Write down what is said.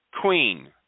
queen